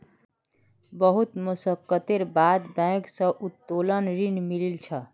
बहुत मशक्कतेर बाद बैंक स उत्तोलन ऋण मिलील छ